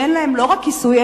שאין להן לא רק כיסוי,